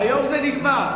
היום זה נגמר.